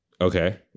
Okay